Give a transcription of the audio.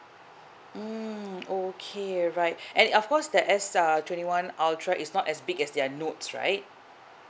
mm okay right and of course that S err twenty one ultra is not as big as their notes right